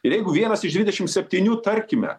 ir jeigu vienas iš dvidešim septynių tarkime